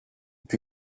più